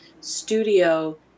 studio